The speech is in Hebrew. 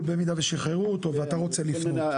במידה ושחררו אותו ואתה רוצה לפנות.